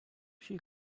she